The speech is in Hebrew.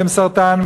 שהם סרטן,